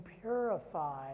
purify